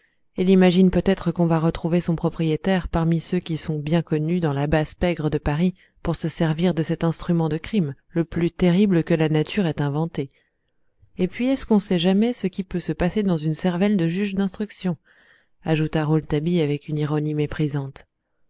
il imagine peut-être qu'on va retrouver son propriétaire parmi ceux qui sont bien connus dans la basse pègre de paris pour se servir de cet instrument de crime le plus terrible que la nature ait inventé et puis est-ce qu'on sait jamais ce qui peut se passer dans une cervelle de juge d'instruction ajouta rouletabille avec une ironie méprisante